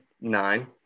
nine